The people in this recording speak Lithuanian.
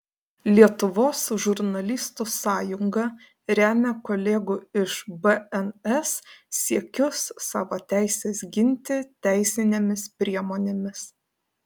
lietuvos žurnalistų sąjunga remia kolegų iš bns siekius savo teises ginti teisinėmis priemonėmis